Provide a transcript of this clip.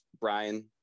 brian